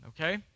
Okay